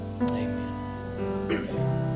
Amen